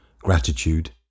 gratitude